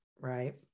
Right